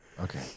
Okay